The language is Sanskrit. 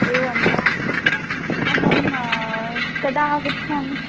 एवं वा अहं कदा आगच्छामि